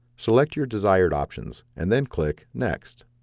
select your desired options, and then click next.